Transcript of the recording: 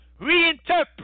reinterpret